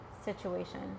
situation